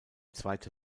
zweite